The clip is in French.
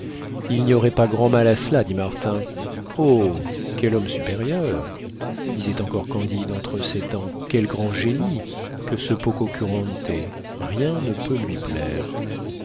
il n'y aurait pas grand mal à cela dit martin oh quel homme supérieur disait encore candide entre ses dents quel grand génie que ce pococurante rien ne peut lui plaire